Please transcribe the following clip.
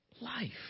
life